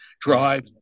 drive